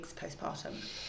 postpartum